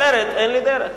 אחרת אין לי דרך.